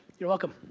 you're welcome.